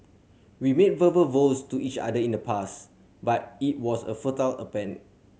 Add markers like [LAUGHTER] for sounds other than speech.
we made verbal vows to each other in the past but it was a futile [UNINTELLIGIBLE]